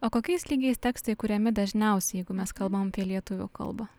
o kokiais lygiais tekstai kuriami dažniausiai jeigu mes kalbam apie lietuvių kalbą